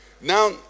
Now